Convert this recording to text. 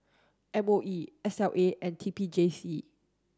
M O E S L A and T P J C